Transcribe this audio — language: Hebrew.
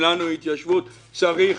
שנייה.